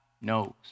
knows